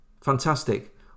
Fantastic